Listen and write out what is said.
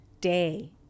day